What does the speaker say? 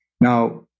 Now